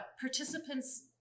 participants